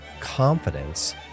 confidence